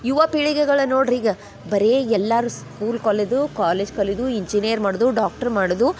ಯುವ ಪೀಳಿಗೆಗಳನ್ನ ನೋಡ್ರಿ ಈಗ ಬರೇ ಎಲ್ಲರೂ ಸ್ಕೂಲ್ ಕಲೆದು ಕಾಲೇಜ್ ಕಲ್ಯುದು ಇಂಜಿನಿಯರ್ ಮಾಡುದು ಡಾಕ್ಟ್ರ್ ಮಾಡುದು